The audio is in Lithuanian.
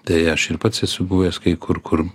tai aš ir pats esu buvęs kai kur kur